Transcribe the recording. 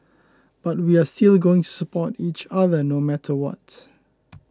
but we are still going to support each other no matter what